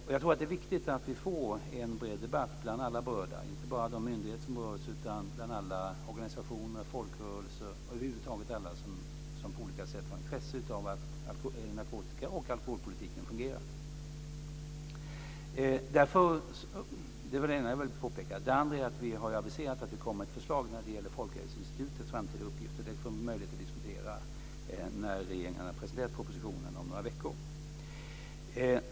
Jag tror att det är viktigt att vi får en bred debatt bland alla berörda, inte bara bland de myndigheter som berörs utan bland alla organisationer, folkrörelser och över huvud taget alla som på olika sätt har intresse av att narkotika och alkoholpolitiken fungerar. Det är det ena som jag vill påpeka. Det andra som jag vill påpeka är att vi har aviserat att det kommer ett förslag när det gäller Folkhälsoinstitutets framtida uppgifter som vi får möjligheter att diskutera när regeringen har presenterat propositionen om några veckor.